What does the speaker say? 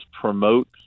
promote